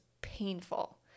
painful